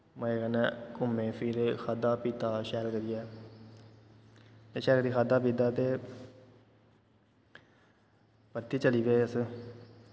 मजे कन्नै घूमे फिरे खाद्धा पीता शैल करियै शैल शैल करियै खाद्धा पीता ते परतियै चली पे अस